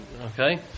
okay